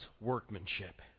workmanship